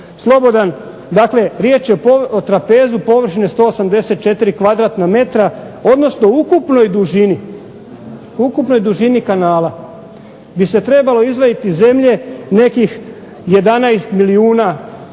Dakle, riječ je o trapezu površine 184 kvadratna metra, odnosno ukupnoj dužini kanala bi se trebalo izvaditi zemlje nekih 11 milijuna kubičnih